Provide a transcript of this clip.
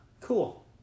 cool